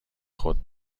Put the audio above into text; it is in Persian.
خود